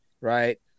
right